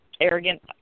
arrogant